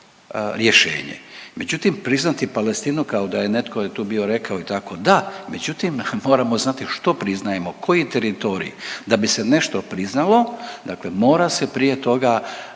rješenje. Međutim, priznati Palestinu kao da je netko je tu bio rekao i tako da, međutim moramo znati što priznajemo koji teritorij. Da bi se nešto priznalo dakle mora se prije toga